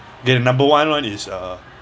okay the number one one is uh